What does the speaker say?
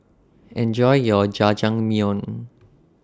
Enjoy your Jajangmyeon